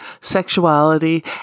sexuality